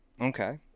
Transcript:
Okay